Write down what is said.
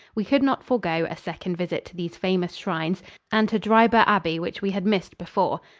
we could not forego a second visit to these famous shrines and to dryburgh abbey, which we had missed before.